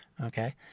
Okay